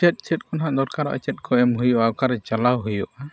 ᱪᱮᱫ ᱪᱮᱫ ᱠᱚ ᱱᱟᱦᱟᱜ ᱫᱚᱨᱠᱟᱨᱚᱜᱼᱟ ᱪᱮᱫᱠᱚ ᱮᱢ ᱦᱩᱭᱩᱜᱼᱟ ᱚᱠᱟᱨᱮ ᱪᱟᱞᱟᱣ ᱦᱩᱭᱩᱜᱼᱟ